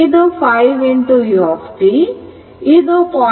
ಇದು 5 u ಇದು 0